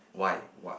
why what